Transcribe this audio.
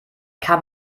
kann